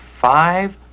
five